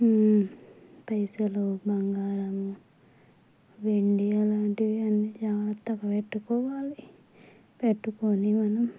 పైసలు బంగారము వెండి అలాంటివి అన్నీ జాగ్రత్తగా పెట్టుకోవాలి పెట్టుకుని మనం